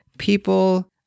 People